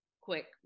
quick